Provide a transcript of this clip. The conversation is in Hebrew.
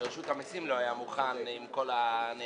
שרשות המסים לא היתה מוכנה עם כל הניירת,